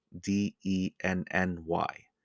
D-E-N-N-Y